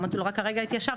אמרתי לו: רק כרגע התיישבתי.